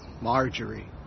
Marjorie